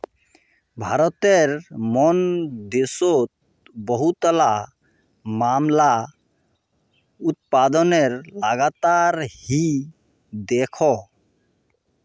भारतेर मन देशोंत बहुतला मामला उत्पादनेर लागतक ही देखछो